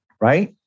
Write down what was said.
right